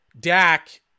Dak